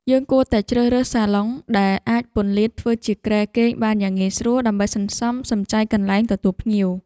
យើងគួរតែជ្រើសរើសសាឡុងដែលអាចពន្លាតធ្វើជាគ្រែគេងបានយ៉ាងងាយស្រួលដើម្បីសន្សំសំចៃកន្លែងទទួលភ្ញៀវ។